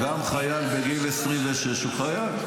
אגב, גם חייל בגיל 26 הוא חייל.